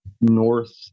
north